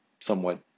somewhat